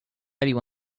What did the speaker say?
ellie